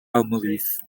almalıyız